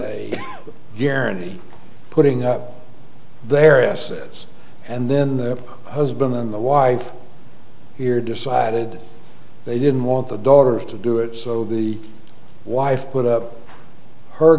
a guarantee putting up their asses and then the husband then the wife here decided they didn't want the daughters to do it so the wife put up her